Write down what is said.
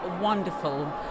wonderful